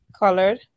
Colored